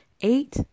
eight